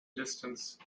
distance